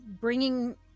bringing